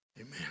Amen